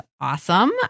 Awesome